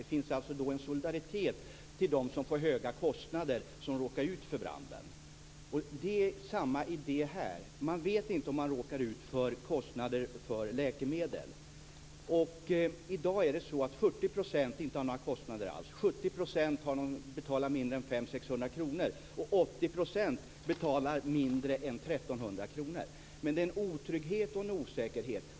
Det finns alltså en solidaritet med dem som råkar ut för brand och som skulle få höga kostnader. Det är samma idé när det gäller det här. Man vet inte om man råkar ut för kostnader för läkemedel. I dag har 40 % inte några kostnader alls. 70 % betalar mindre än 500-600 kr, och 80 % betalar mindre än 1 300 kr. Men det finns en otrygghet och en osäkerhet.